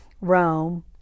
Rome